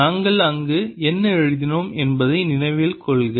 நாங்கள் அங்கு என்ன எழுதினோம் என்பதை நினைவில் கொள்க